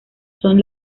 son